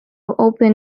open